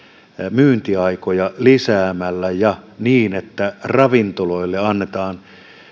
myyntiaikoja lisäämällä ja että ravintoloille annetaan